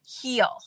heal